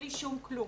בלי שום כלום,